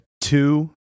Two